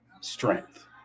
strength